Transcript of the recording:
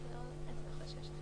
לי אין הערות.